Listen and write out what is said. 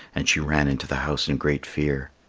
and she ran into the house in great fear.